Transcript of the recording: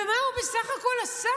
ומה הוא בסך הכול עשה?